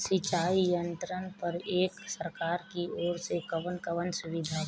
सिंचाई यंत्रन पर एक सरकार की ओर से कवन कवन सुविधा बा?